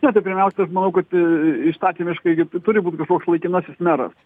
na tai pirmiausia aš manau kad į įstatymiškai gi turi būt kažkoks laikinasis meras